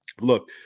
look